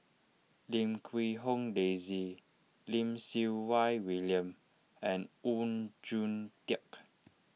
Lim Quee Hong Daisy Lim Siew Wai William and Oon Jin Teik